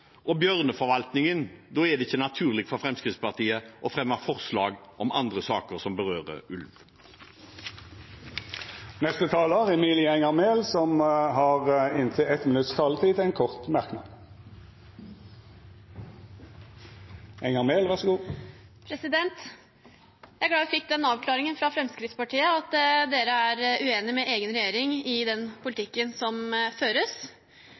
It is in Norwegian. og bjørneforvaltningen, er det ikke naturlig for Fremskrittspartiet å fremme forslag om andre saker som berører ulv. Representanten Emilie Enger Mehl har hatt ordet to gonger tidlegare og får ordet til ein kort merknad, avgrensa til 1 minutt. Jeg er glad vi fikk den avklaringen fra Fremskrittspartiet, at de er uenig med sin egen regjering i den politikken som føres.